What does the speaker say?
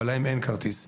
אבל להם אין כרטיס,